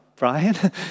Brian